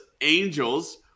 Angels